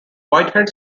whitehead